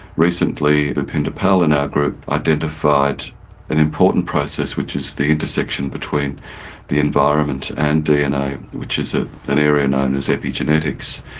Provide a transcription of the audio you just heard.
recently bhupinder pal in our group identified an important process which is the intersection between the environment and dna which is ah an area known as epigenetics.